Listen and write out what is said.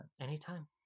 anytime